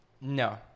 No